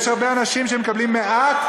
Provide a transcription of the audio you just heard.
יש הרבה אנשים שמקבלים מעט,